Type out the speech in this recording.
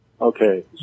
Okay